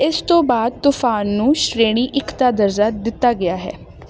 ਇਸ ਤੋਂ ਬਾਅਦ ਤੂਫਾਨ ਨੂੰ ਸ਼੍ਰੇਣੀ ਇੱਕ ਦਾ ਦਰਜਾ ਦਿੱਤਾ ਗਿਆ ਹੈ